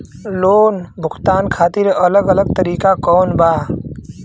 Loan भुगतान खातिर अलग अलग तरीका कौन बा?